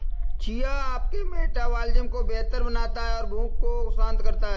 chia आपके metabolism को बेहतर बनाता है और भूख को शांत करता है